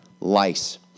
lice